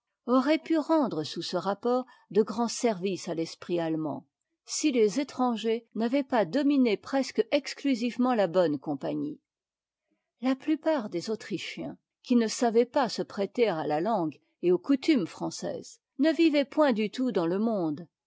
aurait pu rendre sous ce rapport de grands services à l'esprit allemand si les étrangers n'avaient pas dominé presque exclusivement la bonne compagnie la plupart des autrichiens qui ne savaient pas se prêter à la langue et aux coutumes françaises ne vivaient point du tout dans le monde